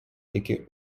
iki